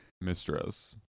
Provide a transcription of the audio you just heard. mistress